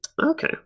Okay